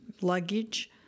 luggage